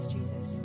Jesus